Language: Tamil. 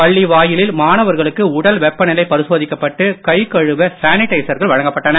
பள்ளி வாயிலில் மாணவர்களுக்கு உடல் வெப்பநிலை பரிசோதிக்கப்பட்டு கை கழுவ சானிடைசர்கள் வழங்கப்பட்டன